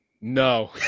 No